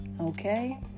okay